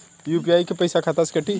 UPI क पैसा खाता से कटी?